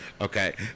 okay